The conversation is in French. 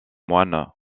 moine